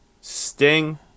Sting